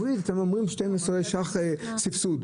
אתם אומרים 12 שקלים סבסוד,